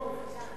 מצוין.